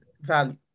value